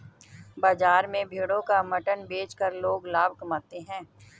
बाजार में भेड़ों का मटन बेचकर लोग लाभ कमाते है